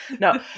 No